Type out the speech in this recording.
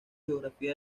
geografía